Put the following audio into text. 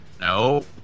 no